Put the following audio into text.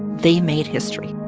they made history